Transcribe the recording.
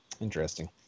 Interesting